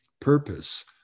purpose